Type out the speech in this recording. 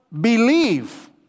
believe